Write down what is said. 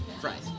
Fries